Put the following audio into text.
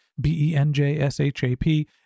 B-E-N-J-S-H-A-P